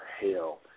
hell